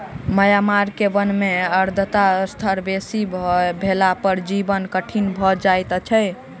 Myanmar के वन में आर्द्रता स्तर बेसी भेला पर जीवन कठिन भअ जाइत अछि